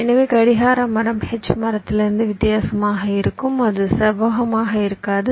எனவே கடிகார மரம் H மரத்திலிருந்து வித்தியாசமாக இருக்கும் அது செவ்வகமாக இருக்காது